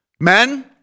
Men